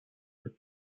for